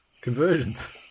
Conversions